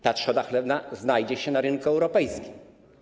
Ta trzoda chlewna znajdzie się na rynku europejskim.